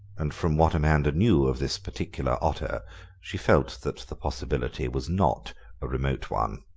and from what amanda knew of this particular otter she felt that the possibility was not a remote one.